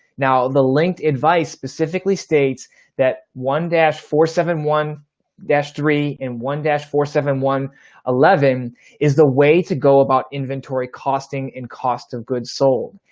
now the linked advice specifically states that one dash four seven one dash three and one dash four seven one eleven is the way to go about inventory costing and cost of goods sold.